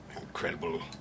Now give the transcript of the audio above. incredible